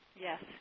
Yes